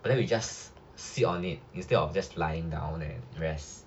then we just sit on it instead of just lying down and rest